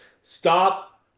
stop